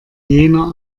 jener